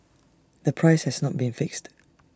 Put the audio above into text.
the price has not been fixed